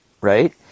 right